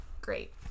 Great